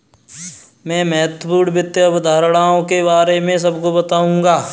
मैं महत्वपूर्ण वित्त अवधारणाओं के बारे में सबको बताऊंगा